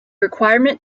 requirement